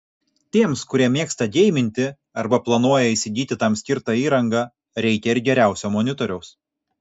tiems kurie mėgsta geiminti arba planuoja įsigyti tam skirtą įrangą reikia ir geriausio monitoriaus